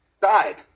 died